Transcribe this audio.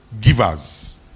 givers